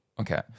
Okay